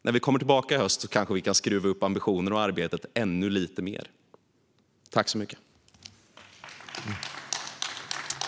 När vi kommer tillbaka i höst kanske vi kan skruva upp ambitionerna och arbetet ännu lite mer. Tack så mycket!